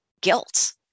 guilt